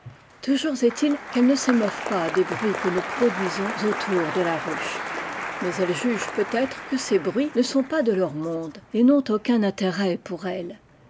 toujours est-il qu'elles ne abeilles s'émeuvent pas des bruits qae nous produisons autour de la ruche mais elles jugent peut-être que ces bruits ne sont pas de leur monde et n'ont aucun inlérèt pour elles